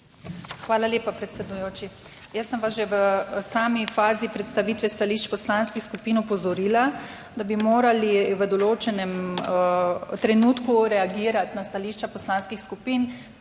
Hvala lepa, predsedujoči. Jaz sem vas že v sami fazi predstavitve stališč poslanskih skupin opozorila, da bi morali v določenem trenutku reagirati na stališča poslanskih skupin,